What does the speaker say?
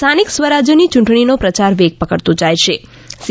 સ્થાનિક સ્વરાજની યૂંટણીનો પ્રચાર વેગ પકડતો જાય છે સી